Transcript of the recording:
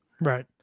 Right